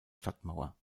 stadtmauer